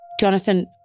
Jonathan